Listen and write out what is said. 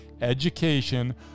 education